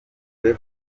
kuri